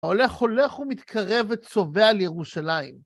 הולך הולך ומתקרב וצובא לירושלים.